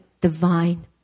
divine